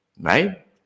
right